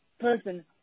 person